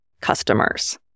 customers